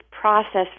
process